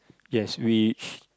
yes which